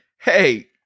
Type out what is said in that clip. hey